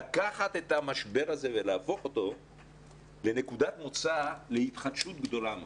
לקחת את המשבר הזה ולהפוך אותו לנקודת מוצא להתחדשות גדולה מאוד.